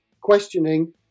questioning